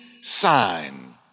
sign